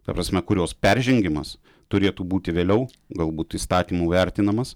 ta prasme kurios peržengimas turėtų būti vėliau galbūt įstatymu vertinamas